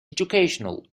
educational